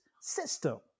system